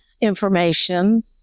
information